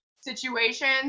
situations